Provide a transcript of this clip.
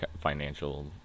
financial